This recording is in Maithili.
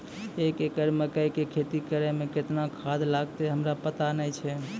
एक एकरऽ मकई के खेती करै मे केतना खाद लागतै हमरा पता नैय छै?